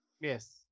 Yes